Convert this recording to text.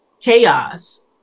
chaos